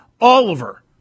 Oliver